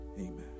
Amen